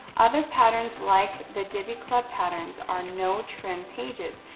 other patterns, like the diby club patterns are no-trim pages.